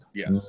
yes